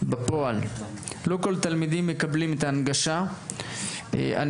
בפועל לא כל התלמידים מקבלים את ההנגשה הנדרשת,